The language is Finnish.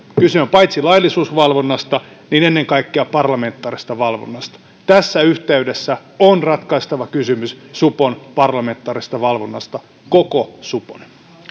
kyse on paitsi laillisuusvalvonnasta ennen kaikkea parlamentaarisesta valvonnasta tässä yhteydessä on ratkaistava kysymys supon parlamentaarisesta valvonnasta koko supon